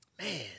Man